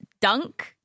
Dunk